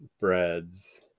breads